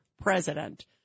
president